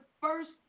first